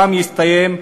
גם יסתיים,